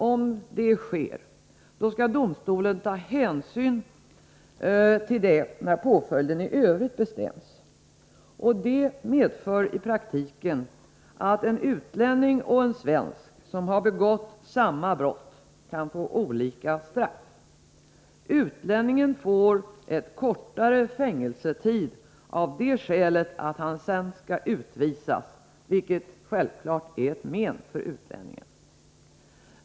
Om så sker, skall domstolen ta hänsyn till detta, när påföljden i övrigt bestäms, vilket i praktiken medför att en utlänning och en svensk som har begått samma brott får olika straff. Utlänningen får en kortare fängelsetid, därför att han sedan skall utvisas. Utvisningen är självfallet ett men för utlänningen.